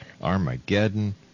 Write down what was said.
Armageddon